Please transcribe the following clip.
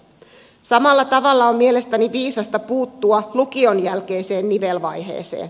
samalla tavalla on mielestäni viisasta puuttua lukion jälkeiseen nivelvaiheeseen